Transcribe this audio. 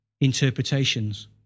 interpretations